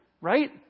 Right